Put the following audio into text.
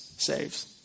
saves